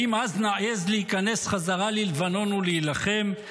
האם אז נעז להיכנס חזרה ללבנון ולהילחם?